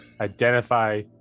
identify